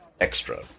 extra